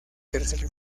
tercer